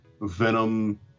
Venom